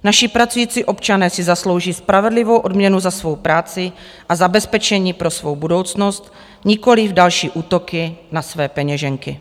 Naši pracující občané si zaslouží spravedlivou odměnu za svou práci a zabezpečení pro svou budoucnost, nikoliv další útoky na své peněženky.